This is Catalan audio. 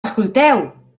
escolteu